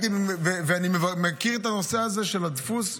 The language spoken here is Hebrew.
ואני מכיר את הנושא הזה של הדפוס,